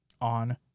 on